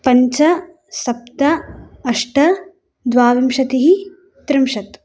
पञ्च सप्त अष्ट द्वाविंशतिः त्रिंशत्